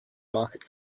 market